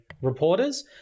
Reporters